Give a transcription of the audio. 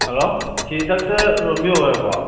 hello ꯁꯤ doctor Romeo ꯑꯣꯏꯔꯕꯣ